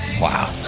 Wow